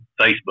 Facebook